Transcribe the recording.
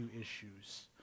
issues